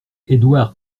édouard